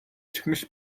çıkmış